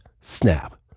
snap